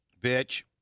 bitch